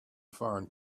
foreign